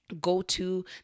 go-to